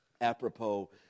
apropos